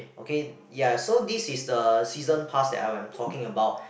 okay ya so this is the season pass that I am talking about